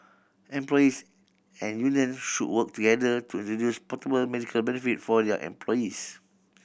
employers and unions should work together to introduce portable medical benefits for their employees